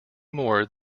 more